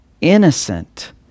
innocent